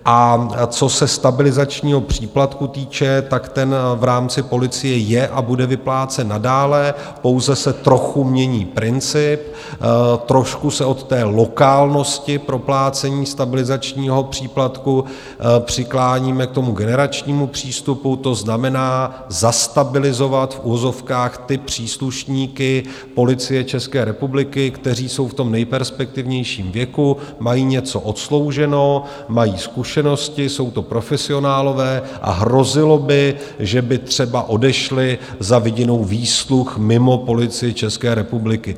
A co se stabilizačního příplatku týče, tak ten v rámci policie je a bude vyplácen nadále, pouze se trochu mění princip, trošku se od lokálnosti proplácení stabilizačního příplatku přikláníme ke generačnímu přístupu, to znamená, zastabilizovat v uvozovkách příslušníky Policie České republiky, kteří jsou v nejperspektivnějším věku, mají něco odslouženo, mají zkušenosti, jsou to profesionálové, a hrozilo by, že by třeba odešli za vidinou výsluh mimo Policii České republiky.